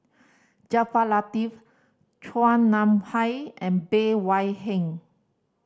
Jaafar Latiff Chua Nam Hai and Bey Hua Heng